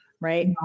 Right